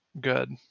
good